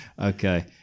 Okay